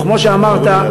וכמו שאמרת,